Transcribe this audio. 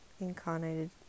incarnated